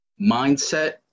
Mindset